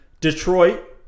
Detroit